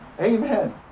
Amen